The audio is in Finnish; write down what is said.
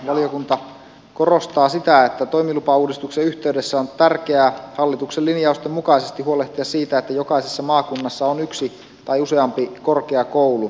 valiokunta korostaa sitä että toimilupauudistuksen yhteydessä on tärkeää hallituksen linjausten mukaisesti huolehtia siitä että jokaisessa maakunnassa on yksi tai useampi korkeakoulu